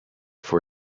for